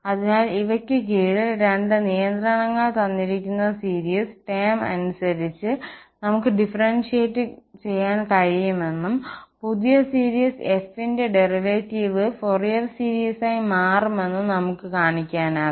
അതിനാൽ ഇവയ്ക്ക് കീഴിൽ രണ്ട് നിയന്ത്രണങ്ങൾ തന്നിരിക്കുന്ന സീരീസ് ടേം ടേം അനുസരിച്ച് നമുക്ക് ഡിഫറന്സിയേറ്റ് കഴിയുമെന്നും പുതിയ സീരീസ് f ന്റെ ഡെറിവേറ്റീവിന്റെ ഫോറിയർ സീരീസായി മാറുമെന്നും നമുക്ക് കാണിക്കാനാകും